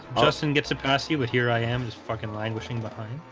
austin gets a passkey, but here i am just fucking languishing behind.